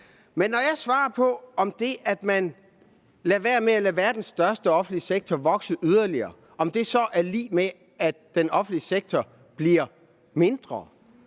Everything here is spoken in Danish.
Men på spørgsmålet om, om det, at man lader være med at lade verdens største offentlige sektor vokse yderligere, er lig med, at den offentlige sektor bliver mindre,